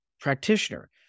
practitioner